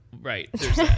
Right